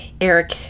Eric